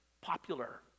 popular